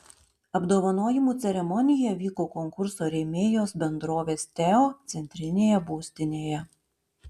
apdovanojimų ceremonija vyko konkurso rėmėjos bendrovės teo centrinėje būstinėje